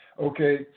Okay